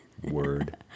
Word